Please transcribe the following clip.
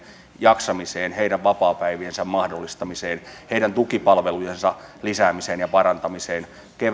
jaksamiseen heidän vapaapäiviensä mahdollistamiseen heidän tukipalvelujensa lisäämiseen ja parantamiseen keväällä